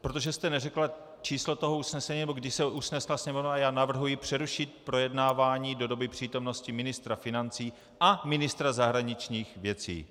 Protože jste neřekla číslo toho usnesení, nebo kdy se usnesla Sněmovna, navrhuji přerušit projednávání do doby přítomnosti ministra financí a ministra zahraničních věcí.